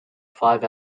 five